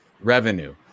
revenue